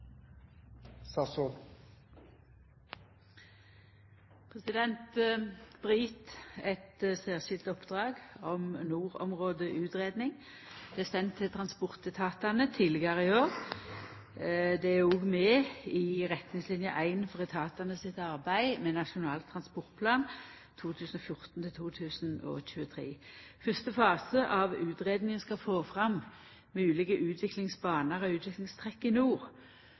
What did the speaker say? å støtte. Eit særskilt oppdrag om nordområdeutgreiing vart sendt til transportetatane tidlegare i år, og det er òg med i retningslinje 1 for etatane sitt arbeid med Nasjonal transportplan 2014–2023. Fyrste fase av utgreiinga skal få fram moglege utviklingsbanar og